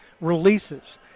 releases